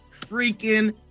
freaking